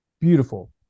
Beautiful